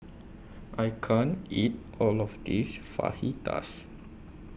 I can't eat All of This